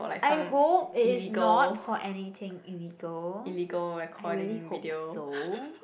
I hope it is not for anything illegal I really hope so